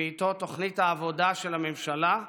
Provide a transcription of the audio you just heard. ואיתו תוכנית העבודה של הממשלה,